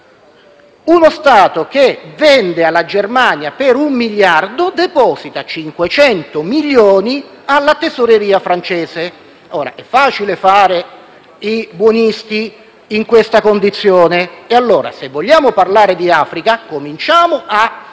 uno Stato che vende alla Germania per un miliardo, deposita 500 milioni alla tesoreria francese. È facile fare i buonisti in questa condizione! Se vogliamo parlare di Africa, cominciamo a